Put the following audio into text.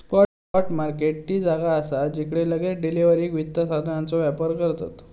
spot market ती जागा असा जिकडे लगेच डिलीवरीक वित्त साधनांचो व्यापार करतत